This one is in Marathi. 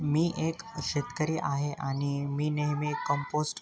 मी एक शेतकरी आहे आणि मी नेहमी कंपोस्ट